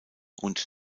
und